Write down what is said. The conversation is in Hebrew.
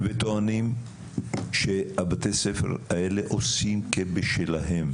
וטוענים שבתי הספר האלה עושים כבשלהם.